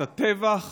את הטבח